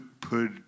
put